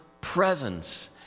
presence